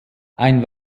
ein